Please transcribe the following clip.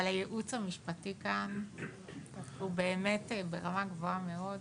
הייעוץ המשפטי כאן ברמה גבוהה מאוד,